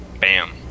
Bam